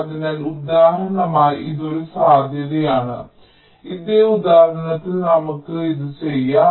അതിനാൽ ഉദാഹരണമായി ഇത് ഒരു സാധ്യതയാണ് ഇതേ ഉദാഹരണത്തിൽ നമുക്ക് ഇത് ചെയ്യാം